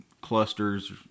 clusters